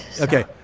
okay